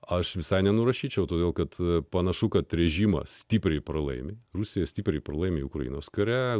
aš visai nenurašyčiau todėl kad panašu kad režimas stipriai pralaimi rusija stipriai pralaimi ukrainos kare